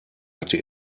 hatte